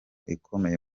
ikomeye